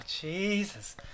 Jesus